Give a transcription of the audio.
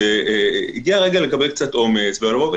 הגיע הזמן לקבל אומץ ולומר: